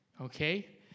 okay